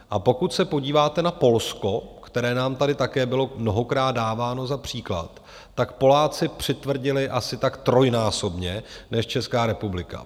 A pokud se podíváte na Polsko, které nám tady také bylo mnohokrát dáváno za příklad, Poláci přitvrdili asi tak trojnásobně než Česká republika.